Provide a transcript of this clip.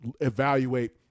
evaluate